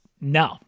No